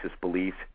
beliefs